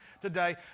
today